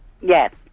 Yes